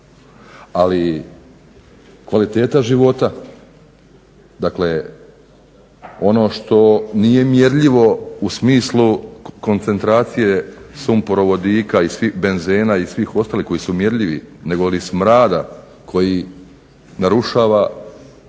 ali kvaliteta života dakle ono što nije mjerljivo u smislu koncentracije sumporovodika, benzena i svih ostalih koji su mjerljivi negoli smrada koji narušava